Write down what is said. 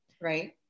Right